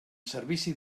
servici